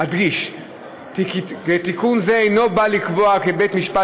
אדגיש כי תיקון זו אינו בא לקבוע כי בתי-משפט